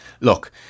look